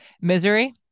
Misery